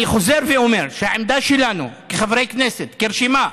אני חוזר ואומר שהעמדה שלנו כחברי כנסת, כרשימה,